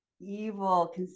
evil